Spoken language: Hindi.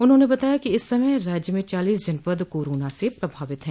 उन्होंने बताया कि इस समय राज्य में चालीस जनपद कोरोना से प्रभावित है